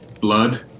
blood